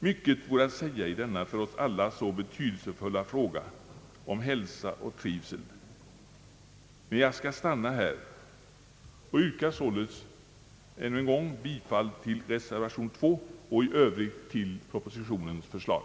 Mycket vore att säga i denna för oss alla så betydelsefulla fråga om hälsa och trivsel, men jag skall nöja mig med detta. Jag yrkar således bifall till reservation nr 2 och 1 övrigt till propositionens förslag.